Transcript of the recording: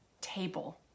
table